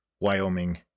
Wyoming